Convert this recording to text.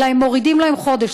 אלא מורידים להם חודש.